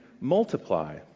multiply